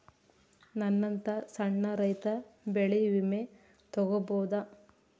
ನನ್ನಂತಾ ಸಣ್ಣ ರೈತ ಬೆಳಿ ವಿಮೆ ತೊಗೊಬೋದ?